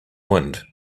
wind